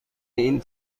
این